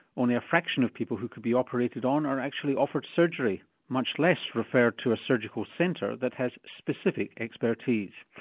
a a fraction of people who could be operated on are actually offered surgery, much less referred to a surgical centre that has specific expertise.